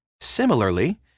Similarly